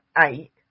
eight